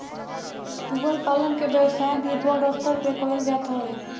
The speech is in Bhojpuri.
सूअर पालन के व्यवसाय भी बड़ स्तर पे कईल जात हवे